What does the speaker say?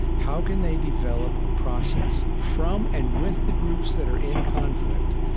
how can they develop a process from and with the groups that are in conflict,